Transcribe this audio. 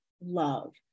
love